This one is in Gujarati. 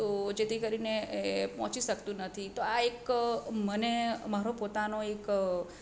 તો જેથી કરીને એ પોંહચી શકતું નથી તો આ એક મને મારો પોતાનો એક